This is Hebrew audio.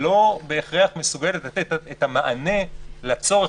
לא בהכרח מסוגלת לתת את המענה לצורך